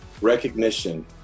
recognition